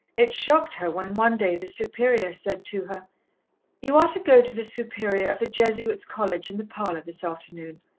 it shocked her when one day the superior said to her you are to go to the superior of the jesuits' college in the parlour this afternoon.